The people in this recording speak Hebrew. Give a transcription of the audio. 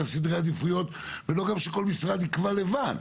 סדרי העדיפויות ולא שכל משרד יקבע לבד.